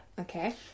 Okay